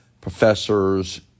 professors